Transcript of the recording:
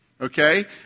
Okay